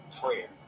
prayer